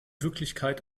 wirklichkeit